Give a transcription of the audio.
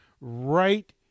right